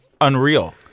unreal